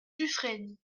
dufrègne